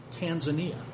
Tanzania